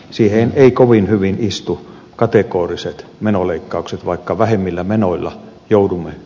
siihen ei kovin hyvin istu kategoriset menoleikkaukset vaikka vähemmillä menoilla joudumme